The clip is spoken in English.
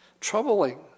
Troubling